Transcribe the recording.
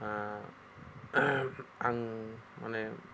आं माने